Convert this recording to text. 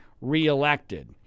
reelected